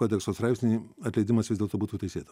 kodekso straipsnį atleidimas vis dėlto būtų teisėtas